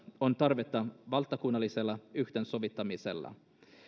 on tarvetta valtakunnalliselle yhteensovittamiselle